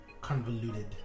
convoluted